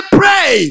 pray